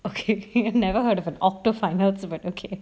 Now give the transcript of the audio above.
okay I've never heard of an octo finals but okay